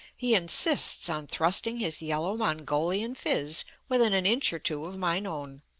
he insists on thrusting his yellow mongolian phiz within an inch or two of mine own.